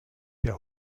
der